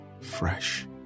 fresh